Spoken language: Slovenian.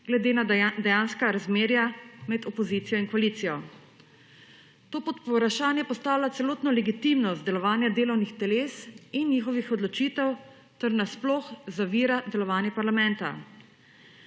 glede na dejanska razmerja med opozicijo in koalicijo. To pod vprašanje postavlja celotno legitimnost delovanja delovnih teles in njihovih odločitev ter na sploh zavira delovanje parlamenta.